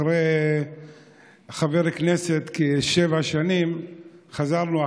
אחרי כהונה כחבר כנסת כשבע שנים חזרנו,